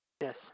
Yes